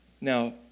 Now